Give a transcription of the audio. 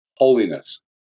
Holiness